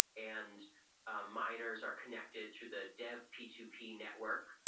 and ah miners are connected through the dev p two p network,